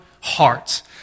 hearts